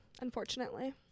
Unfortunately